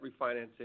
refinancing